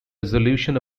resolution